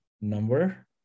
number